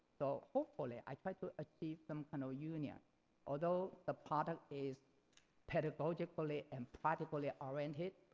so, hopefully, i tried to achieve some kind of union although the product is pedagogically and practically oriented,